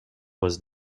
was